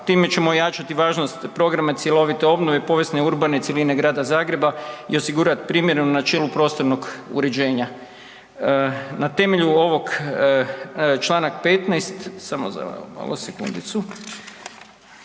time ćemo ojačati važnost programa cjelovite obnove i povijesno-urbane cjeline grada Zagreba i osigurat primjereno načelo prostornog uređenja. Na temelju ovog čl. 15., samo malo, sekundicu,